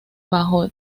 bajo